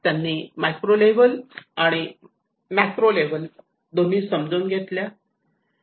त्यांनी micro level आणि macro level दोन्ही समजून घेतल्या